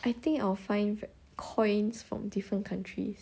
I think I'll find coins from different countries